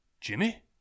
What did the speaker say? Jimmy